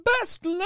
best